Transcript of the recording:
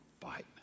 fight